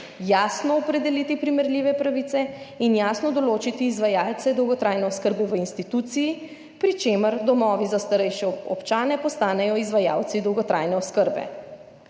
jasno opredeliti primerljive pravice in jasno določiti izvajalce dolgotrajne oskrbe v instituciji, pri čemer domovi za starejše občane postanejo izvajalci dolgotrajne oskrbe.